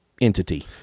entity